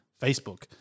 Facebook